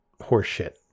horseshit